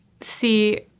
see